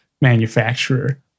manufacturer